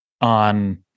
on